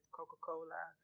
Coca-Cola